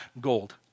gold